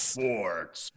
Sports